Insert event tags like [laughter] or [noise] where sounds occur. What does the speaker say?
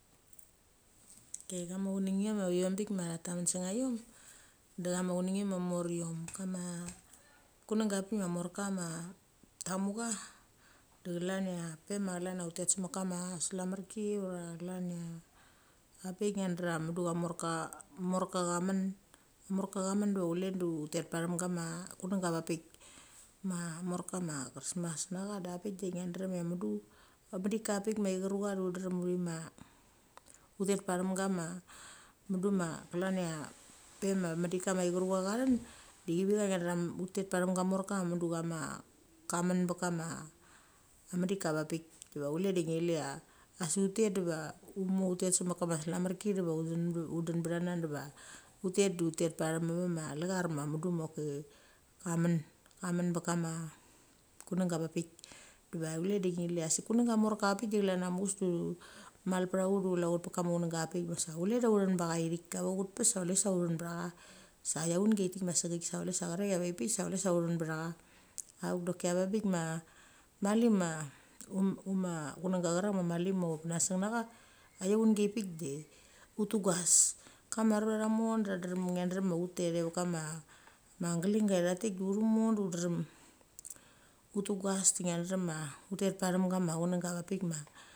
[noise] de chama chuneng iom aviombik ma tha men senga iom, de chama chuneng iom ma mor iom. Kama kunenga apik ma morka ma tha mu cha, dechlan ia pe ma utet semet kama slamerki ura chlan ia apik morka cha men. Morka cha mun du chule utet pathem gama kuhenga avikpik. Ma marka ma christmas pethacha da pik di ngia ndrem ia mudu a medika pik ma ichuru cha de udrem uthi ma, utet pathem gama mudu ma chlan ia pe ma maidika ma akhuru cha then, di chi vi cha ndrem utet pathem ga morka mudu kama ka nen bet kama medika avakpik. Diva ule de ngi lia asik utet de ngi lia ut moutet semet kama slamerki uden bethana diva utet de utet pathem ava ma lechar ma mudu ma cha men bet kama kulenga avakpik. Di chule di ngiliak asik kunenga apik de chlan ia muchus de mal petha ut ule ut pet rama chuhenga avakpik ve sa chule uthen becha ithik chuvet pe i oa sa uthen be cha cha ithik ave uvet pes diva chule sa utha sa iaungi aithi sa cheriak avait pik sachile sa uchen be thacha. Auk doki avanghi mamak ma ut naseng na cha aiaungi ai puk de ut tu gas. Kama arura thamo cha drem ngia drem ut ta ithe vet kama glinga ithaktik du uthumo du ut mo ut tu gas de ngia ndrem ia utet pathem gama chunenga pik ma.